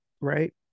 right